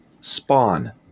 Spawn